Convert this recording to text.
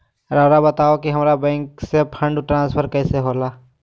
राउआ बताओ कि हामारा बैंक से फंड ट्रांसफर कैसे होला?